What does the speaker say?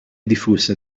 diffusa